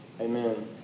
Amen